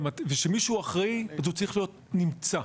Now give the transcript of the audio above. כשמישהו אחראי, זה צריך להיות מוצע.